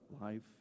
life